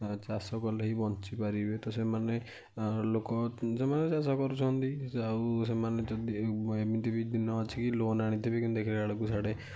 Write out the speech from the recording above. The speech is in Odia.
ଚାଷ କଲେ ହିଁ ବଞ୍ଚି ପାରିବେ ତ ସେମାନେ ଲୋକ ସେମାନେ ଚାଷ କରୁଛନ୍ତି ଆଉ ସେମାନେ ଯଦି ଏମିତି ବି ଦିନ ଅଛି କି ଲୋନ ଆଣିଥିବେ କିନ୍ତୁ ଦେଖିଲା ବେଳକୁ ସିୟାଡ଼େ